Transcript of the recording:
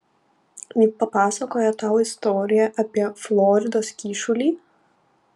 ji papasakojo tau istoriją apie floridos kyšulį